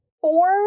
four